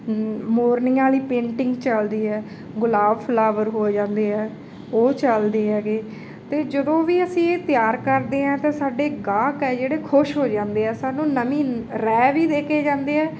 ਮ ਮੋਰਨੀਆਂ ਵਾਲੀ ਪੇਂਟਿੰਗ ਚੱਲਦੀ ਹੈ ਗੁਲਾਬ ਫਲਾਵਰ ਹੋ ਜਾਂਦੇ ਆ ਉਹ ਚੱਲਦੇ ਹੈਗੇ ਅਤੇ ਜਦੋਂ ਵੀ ਅਸੀਂ ਇਹ ਤਿਆਰ ਕਰਦੇ ਹਾਂ ਤਾਂ ਸਾਡੇ ਗਾਹਕ ਆ ਜਿਹੜੇ ਖੁਸ਼ ਹੋ ਜਾਂਦੇ ਆ ਸਾਨੂੰ ਨਵੀਂ ਰਾਇ ਵੀ ਦੇ ਕੇ ਜਾਂਦੇ ਆ